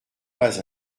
pas